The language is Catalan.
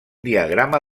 diagrama